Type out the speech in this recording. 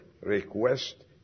request